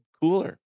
cooler